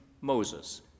Moses